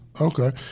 Okay